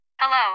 Hello